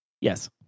Yes